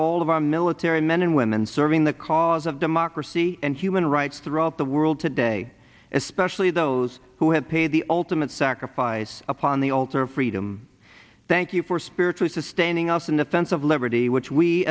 all of our military men and women serving the cause of democracy and human rights throughout the world today especially those who have paid the ultimate sacrifice upon the altar of freedom thank you for spiritual sustaining us in the sense of liberty which we